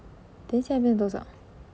现在变成多少